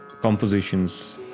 compositions